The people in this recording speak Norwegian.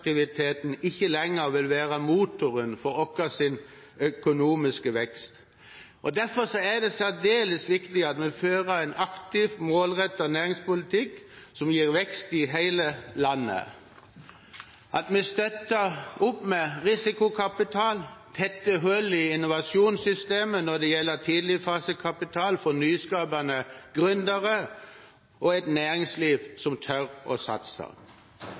ikke lenger vil være motoren for vår økonomiske vekst, og derfor er det særdeles viktig at vi fører en aktiv, målrettet næringspolitikk som gir vekst i hele landet, at vi støtter opp med risikokapital, tetter hull i innovasjonssystemet når det gjelder tidlig-fase-kapital for nyskapende gründere og et næringsliv som tør å satse.